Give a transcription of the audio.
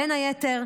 בין היתר,